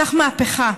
צריך מהפכה.